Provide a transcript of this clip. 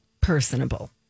personable